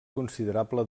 considerable